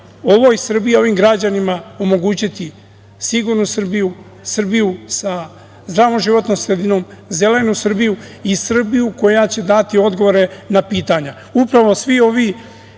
ovoj Srbiji, ovim građanima omogućiti sigurnu Srbiju, Srbiju sa zdravom životnom sredinom, zelenu Srbiju koja će dati odgovore na pitanja. Upravo svi ovi